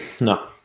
No